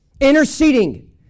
Interceding